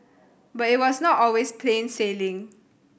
but it was not always plain sailing